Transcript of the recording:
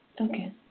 Okay